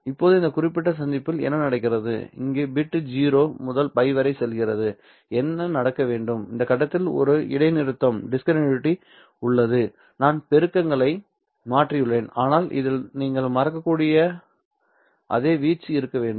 இப்போது இந்த குறிப்பிட்ட சந்திப்பில் என்ன நடக்கிறது அங்கு பிட் 0 முதல் π வரை செல்கிறது என்ன நடக்க வேண்டும் இந்த கட்டத்தில் ஒரு இடைநிறுத்தம் உள்ளதுநான் பெருக்கங்களை மாற்றியுள்ளேன் ஆனால் இதில் நீங்கள் மறக்கக்கூடிய அதே வீச்சு இருக்க வேண்டும்